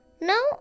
No